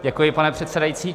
Děkuji, pane předsedající.